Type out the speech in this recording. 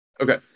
Okay